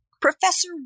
Professor